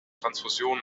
transfusionen